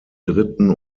dritten